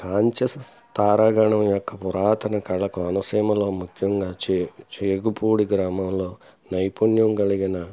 కాంస్యా తారాగణం యొక్క పురాతన కళకు కోనసీమలో ముఖ్యంగా చే చేకుపూడి గ్రామంలో నైపుణ్యం కలిగిన